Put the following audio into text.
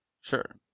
Sure